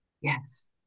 Yes